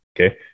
Okay